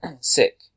sick